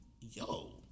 Yo